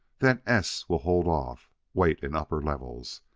then s will hold off wait in upper levels.